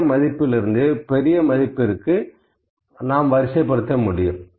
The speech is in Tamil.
சிறிய மதிப்பிலிருந்து பெரிய மதிப்பிற்கு வரிசைப் படுத்த முடியும்